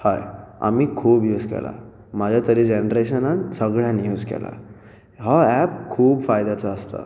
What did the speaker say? हय आमी खूब यूज केला म्हज्या तरी जॅनरेशनान सगळ्यांनी यूज केला हो ऍप खूब फायद्याचो आसता